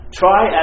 try